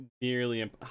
nearly